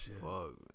Fuck